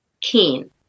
keen